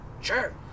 Sure